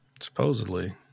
Supposedly